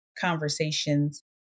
conversations